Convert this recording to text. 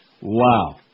Wow